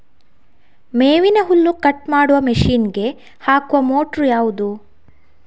ಮೇವಿನ ಹುಲ್ಲು ಕಟ್ ಮಾಡುವ ಮಷೀನ್ ಗೆ ಹಾಕುವ ಮೋಟ್ರು ಯಾವುದು?